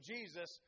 Jesus